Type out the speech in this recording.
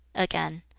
again,